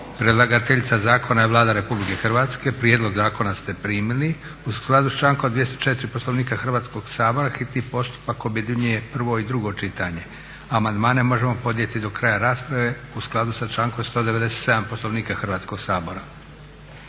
Predlagateljica zakona je Vlada RH. Prijedlog zakona ste primili. U skladu sa člankom 204. Poslovnika Hrvatskoga sabora hitni postupak objedinjuje prvo i drugo čitanje, a amandmane možemo podnijeti do kraja rasprave u skladu sa člankom 197. Poslovnika Hrvatskog sabora.